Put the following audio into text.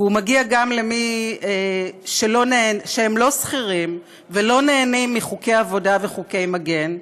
והוא מגיע גם למי שאינם שכירים ולא נהנים מחוקי עבודה ומחוקי מגן,